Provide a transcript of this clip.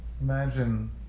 imagine